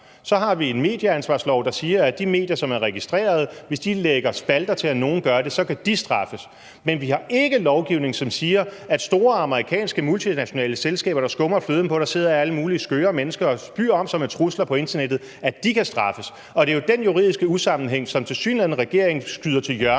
Så har vi en medieansvarslov, der siger, at hvis de medier, som er registreret, lægger spalter til, eller hvis nogen gør det, kan de straffes, men vi har ikke lovgivning, som siger, at store amerikanske multinationale selskaber, der skummer fløden på, at der sidder alle mulige skøre mennesker og spyr om sig med trusler på internettet, kan straffes. Det er jo den juridiske usammenhæng, som regeringen tilsyneladende skyder til hjørne,